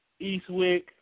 Eastwick